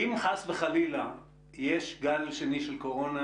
אם חס וחלילה יש גל שני של קורונה